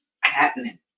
happening